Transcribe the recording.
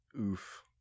Oof